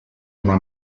una